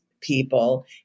people